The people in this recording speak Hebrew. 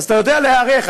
אז אתה יודע להיערך,